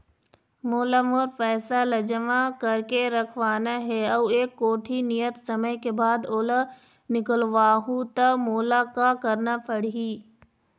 मोला मोर पैसा ला जमा करके रखवाना हे अऊ एक कोठी नियत समय के बाद ओला निकलवा हु ता मोला का करना पड़ही?